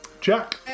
Jack